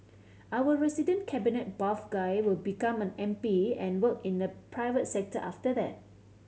our resident cabinet buff guy will become an M P and work in the private sector after that